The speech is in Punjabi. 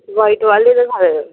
ਵਾਈਟ ਵਾਲੇ ਦਿਖਾਇਓ